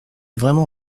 vraiment